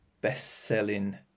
best-selling